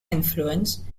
influence